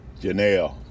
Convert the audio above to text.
Janelle